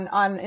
on